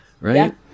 Right